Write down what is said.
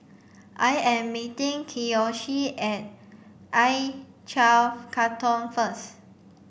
I am meeting Kiyoshi at I twenlve Katong first